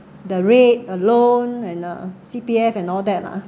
the rate alone and uh C_P_F and all that lah